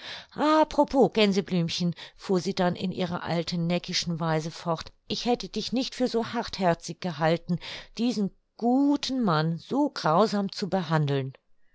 propos gänseblümchen fuhr sie dann in ihrer alten neckischen weise fort ich hätte dich nicht für so hartherzig gehalten diesen guten mann so grausam zu behandeln